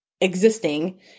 existing